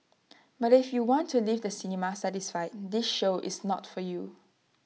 but if you want to leave the cinema satisfied this show is not for you